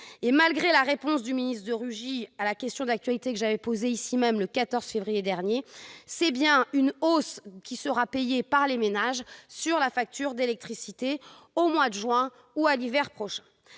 Malgré la réponse du ministre de Rugy à la question d'actualité que je lui avais posée le 14 février dernier, il s'agit bien d'une hausse payée par les ménages sur la facture d'électricité, au mois de juin ou à l'hiver prochains.